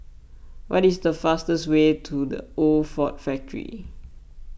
what is the fastest way to the Old Ford Factor